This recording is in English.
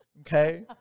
okay